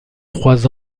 trois